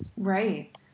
Right